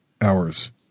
hours